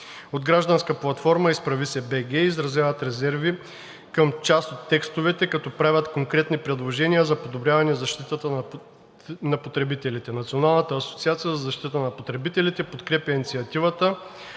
От гражданската платформа „Изправи се. БГ“ изразяват резерви към част от текстовете, като правят конкретни предложения за подобряване защитата на потребителите. Националната асоциация за защита на потребителите подкрепя инициативата